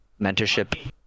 mentorship